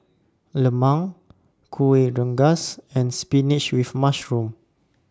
Lemang Kueh Rengas and Spinach with Mushroom